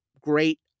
Great